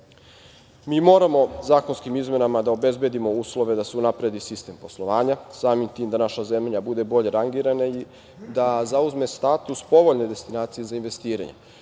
moramo zakonskim izmenama da obezbedimo uslove da se unapredi sistem poslovanja, samim tim da naša zemlja bude bolje rangirana i da zauzme status povoljne destinacije za investiranje.